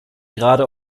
gerade